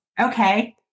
okay